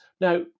Now